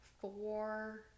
four